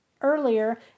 earlier